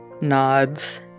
nods